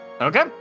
Okay